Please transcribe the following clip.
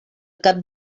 cap